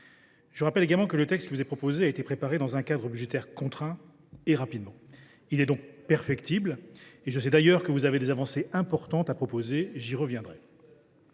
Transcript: Je rappelle également que le texte qui vous est proposé a été préparé dans un cadre budgétaire contraint, et rapidement. Il est donc perfectible. Je sais que vous avez des avancées importantes à proposer ; j’y reviendrai.